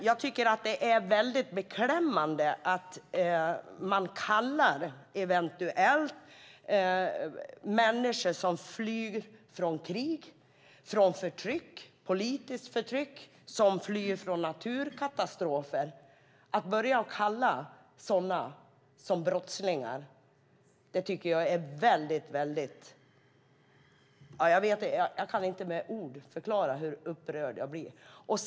Jag tycker att det är väldigt beklämmande att man kallar människor som flyr från krig, från politiskt förtryck och från naturkatastrofer för brottslingar. Jag kan inte med ord förklara hur upprörd jag blir av det.